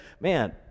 man